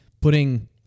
putting